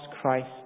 Christ